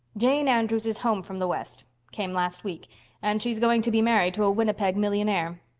jane andrews is home from the west came last week and she's going to be married to a winnipeg millionaire.